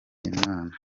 imana